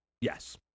yes